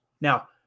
Now